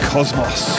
Cosmos